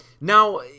now